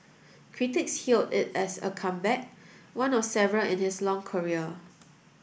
critics hailed it as a comeback one of several in his long career